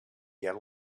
get